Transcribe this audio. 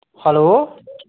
hello